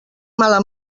mala